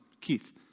Keith